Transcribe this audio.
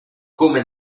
come